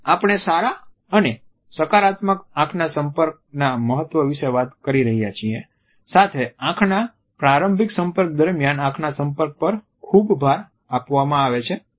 આપણે સારા અને સકારાત્મક આંખના સંપર્કના મહત્વ વિશે વાત કરી રહ્યા છીએ સાથે આંખના પ્રારંભિક સંપર્ક દરમિયાન આંખના સંપર્ક પર ખૂબ ભાર આપવામાં આવે છે વગેરે